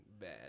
bad